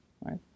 right